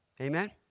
Amen